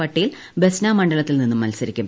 പട്ടേൽ ബസ്ന മണ്ലത്തിൽ നിന്നും മത്സരിക്കും